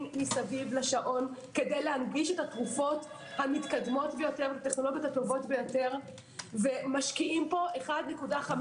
מסביב לשעון כדי להנגיש את התרופות המתקדמות ביותר ומשקיעים פה 1.5